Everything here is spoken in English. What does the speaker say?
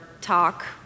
talk